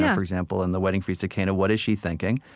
yeah for example, in the wedding feast at cana, what is she thinking?